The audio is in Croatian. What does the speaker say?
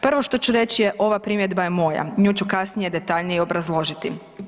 Prvo što ću reći je, ova primjedba je moja, nju ću kasnije detaljnije i obrazložiti.